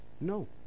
No